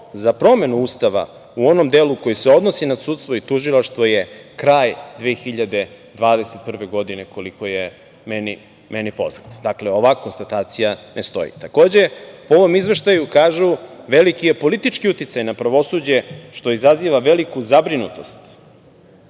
za promenu Ustava, u onom delu koji se odnosi na sudstvo i tužilaštvo je kraj 2021. godine, koliko je meni poznato. Dakle, ova konstatacija ne stoji. Takođe, po ovom Izveštaju kažu – veliki je politički uticaj na provosuđe što izaziva veliku zabrinutost.